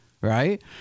right